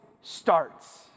starts